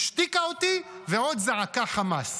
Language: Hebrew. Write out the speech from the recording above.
השתיקה אותי ועוד זעקה חמס.